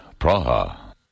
Praha